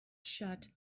shut